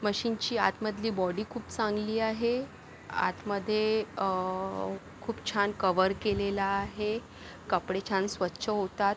मशीनची आतमधली बॉडी खूप चांगली आहे आतमध्ये खूप छान कवर केलेला आहे कपडे छान स्वच्छ होतात